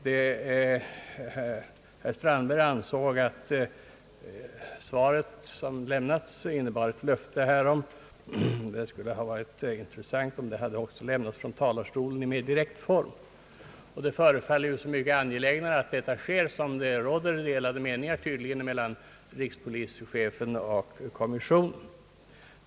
Herr Strandberg ansåg att svaret innebär ett sådant löfte. Det skulle ha varit intressant om det löftet hade lämnats från talarstolen i mera direkt form. Det förefaller så mycket angelägnare att ett sådant ingripande sker, om det tydligen råder delade meningar mellan rikspolischefen och kommissionen.